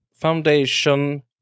Foundation